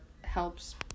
helps